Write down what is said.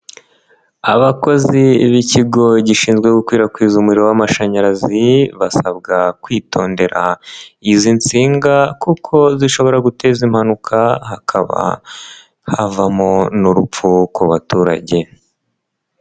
Abakozi b'ikigo gishinzwe gukwirakwiza umuriro w'amashanyarazi, basabwa kwitondera izi nsinga kuko zishobora guteza impanuka hakaba havamo n'urupfu ku baturage.